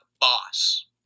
boss